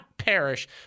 perish